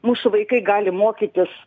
mūsų vaikai gali mokytis